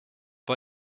pas